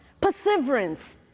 perseverance